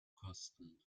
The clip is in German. kosten